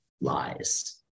lies